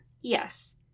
yes